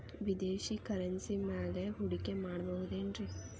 ವಿದೇಶಿ ಕರೆನ್ಸಿ ಮ್ಯಾಲೆ ಹೂಡಿಕೆ ಮಾಡಬಹುದೇನ್ರಿ?